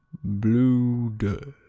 bleu de